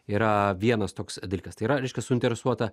yra vienas toks dalykas tai yra reiškia suinteresuota